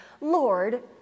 Lord